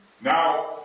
Now